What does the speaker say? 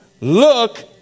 look